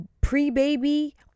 pre-baby